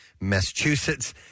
Massachusetts